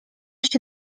się